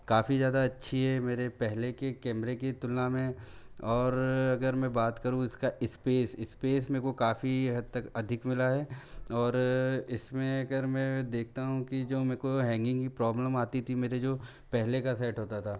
काफ़ी ज़्यादा अच्छी है मेरे पहले के कैमरे के तुलना में और अगर मैं बात करूँ इसका इस्पेस इस्पेस मे को काफ़ी हद तक अधिक मिला है और इसमें अगर मैं देखता हूँ कि जो मेको हैंगिंग की प्रॉब्लम आती थी मेरे जो पहले का सेट होता था